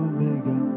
Omega